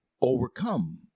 overcome